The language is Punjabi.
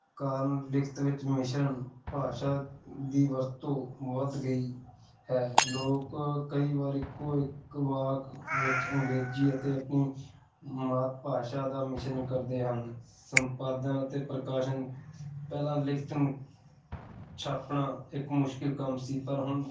ਕਾਰਨ ਲਿਖਤ ਵਿੱਚ ਮਿਸ਼ਨ ਭਾਸ਼ਾ ਦੀ ਵਰਤੋਂ ਵੱਧ ਗਈ ਹੈ ਲੋਕ ਕਈ ਵਾਰ ਇੱਕੋ ਇੱਕ ਵਾਕ ਵਿੱਚ ਅੰਗਰੇਜ਼ੀ ਅਤੇ ਆਪਣੀ ਮਾਤ ਭਾਸ਼ਾ ਦਾ ਮਿਸ਼ਨ ਕਰਦੇ ਹਨ ਸੰਪਾਦਨ ਅਤੇ ਪ੍ਰਕਾਸ਼ਣ ਪਹਿਲਾਂ ਲਿਖਤ ਨੂੰ ਛਾਪਣਾ ਇੱਕ ਮੁਸ਼ਕਿਲ ਕੰਮ ਸੀ ਪਰ ਹੁਣ